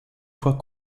fois